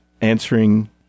answering